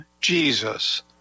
Jesus